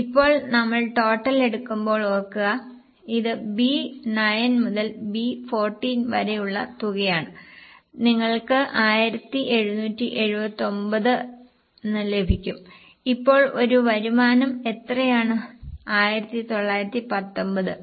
ഇപ്പോൾ നമ്മൾ ടോട്ടൽ എടുക്കുമ്പോൾ ഓർക്കുക ഇത് B 9 മുതൽ B 14 വരെയുള്ള തുകയാണ് നിങ്ങൾക്ക് 1779 ലഭിക്കും ഇപ്പോൾ ഒരു വരുമാനം എത്രയാണ് 1919